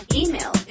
email